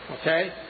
Okay